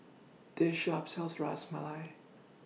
This Shop sells Ras Malai